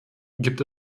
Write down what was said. gibt